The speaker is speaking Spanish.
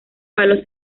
palos